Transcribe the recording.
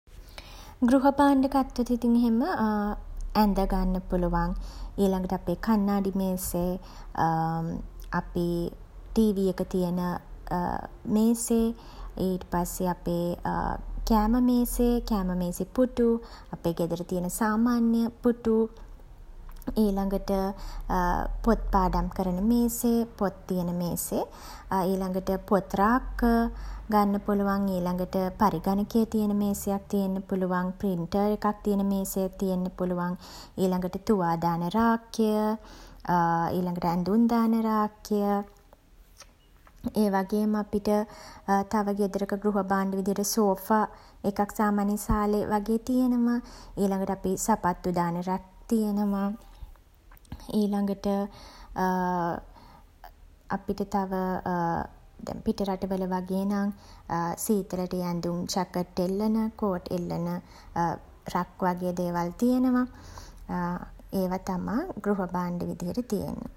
ගෘහ භාණ්ඩ ගත්තොතින් එහෙම ඇඳ ගන්න පුළුවන්. ඊළගට අපේ කණ්නාඩි මේසේ අපි ටී.වී. එක තියන මේසේ. ඊට පස්සේ අපේ කෑම මේසේ කෑම මේසේ පුටු. අපේ ගෙදර තියෙන සාමාන්‍ය පුටු. ඊළගට පොත් පාඩම් කරන මේසේ පොත් තියන මේසේ. ඊළගට පොත් රාක්ක ගන්න පුළුවන්. ඊළගට පරිඝනකය තියන මේසයක් තියෙන්න පුළුවන්. ප්‍රින්ටර් එකක් තියෙන මේසය තියෙන්න පුළුවන්. ඊළගට තුවා දාන රාක්කය ඇඳුම් දාන රාක්කය ඒ වගේම අපිට තව ගෙදරක ගෘහ භාණ්ඩ විදියට සෝෆා එකක් සාමාන්‍යයෙන් සාලේ වගේ තියෙනවා. ඊළගට අපි සපත්තු දාන රැක් තියෙනවා. ඊළගට අපිට තව පිටරට වල වගේ නම් සීතලට ඇඳුම් ජැකට් එල්ලන කෝට් එල්ලන රැක් වගේ දේවල් තියෙනවා. ඒවා තමා ගෘහ භාණ්ඩ විදියට තියෙන්නේ.